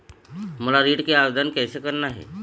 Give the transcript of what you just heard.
मोला ऋण के आवेदन कैसे करना हे?